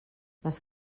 les